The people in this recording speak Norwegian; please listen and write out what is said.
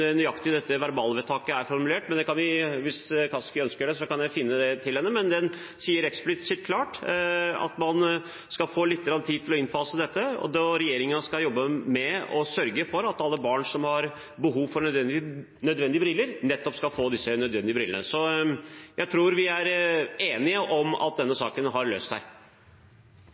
men det sier eksplisitt at man skal få litt tid til å innfase dette, og at regjeringen skal sørge for at alle barn som har behov for briller, skal få briller. Så jeg tror vi er enige om at denne saken har løst seg.